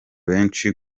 benshi